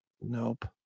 Nope